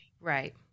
Right